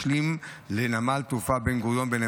משלים לנמל התעופה בן-גוריון.